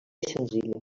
senzilla